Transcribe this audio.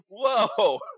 whoa